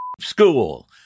school